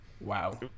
Wow